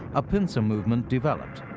a pincer movement developed,